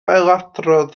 ailadrodd